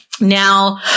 Now